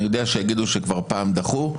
אני יודע שיגידו שכבר פעם דחו,